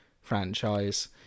franchise